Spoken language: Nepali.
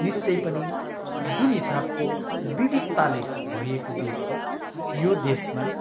निश्चय पनि जुन हिसाबको विविधताले भरिएको देश छ यो देशमा